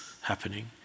happening